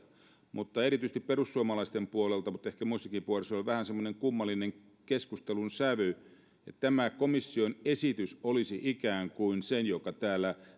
mutta erityisesti perussuomalaisten puolelta ja ehkä muissakin puolueissa on vähän semmoinen kummallinen keskustelun sävy että tämä komission esitys olisi ikään kuin se joka